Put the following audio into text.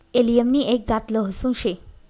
allium नि एक जात लहसून शे